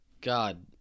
God